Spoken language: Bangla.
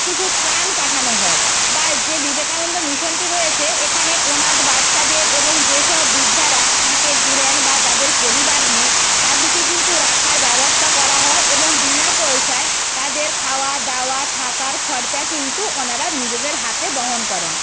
কিছু ত্রাণ পাঠানো হয় বা যে বিবেকানন্দ মিশনটি রয়েছে এখানে অনাথ বাচ্চাদের এবং যেসব বৃদ্ধারা ফাঁকে ঘোরেন বা যাদের পরিবার নেই তাদেরকে কিন্তু রাখার ব্যবস্থা করা হয় এবং বিনা পয়সায় তাদের খাওয়া দাওয়া থাকার খরচা কিন্তু ওনারা নিজেদের হাতে বহন করেন